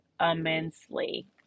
immensely